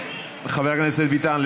חבר הכנסת ביטן,